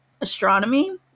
astronomy